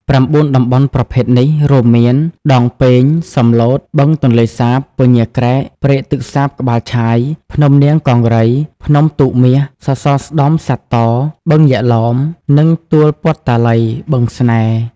៩ តំបន់ប្រភេទនេះ រួមមាន ដងពែង សំឡូត បឹងទន្លេសាប ពញាក្រែក ព្រែកទឹកសាបក្បាលឆាយ ភ្នំនាងកង្រី ភ្នំទូកមាស សសរស្តម្ភសត្វតោ បឹងយក្ខឡោម និងទួលព័ន្ធតាឡី-បឹងស្នេហ៍។